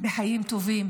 לחיים טובים.